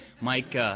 Mike